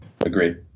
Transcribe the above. Agreed